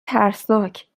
ترسناک